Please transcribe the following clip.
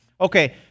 Okay